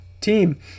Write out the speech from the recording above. team